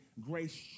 grace